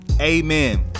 amen